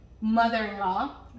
mother-in-law